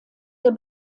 der